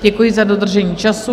Děkuji za dodržení času.